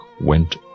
went